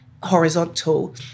horizontal